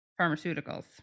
pharmaceuticals